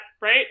right